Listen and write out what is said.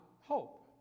hope